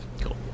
cool